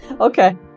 Okay